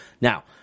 Now –